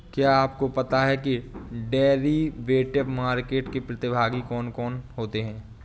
क्या आपको पता है कि डेरिवेटिव मार्केट के प्रतिभागी कौन होते हैं?